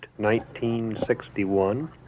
1961